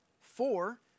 Four